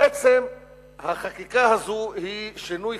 בעצם החקיקה הזו היא שינוי